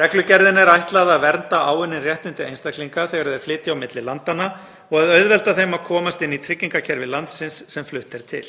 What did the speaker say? Reglugerðinni er ætlað að vernda áunnin réttindi einstaklinga þegar þeir flytja á milli landanna og að auðvelda þeim að komast inn í tryggingakerfi landsins sem flutt er til.